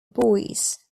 boys